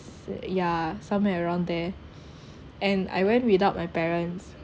yeah somewhere around there and I went without my parents